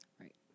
right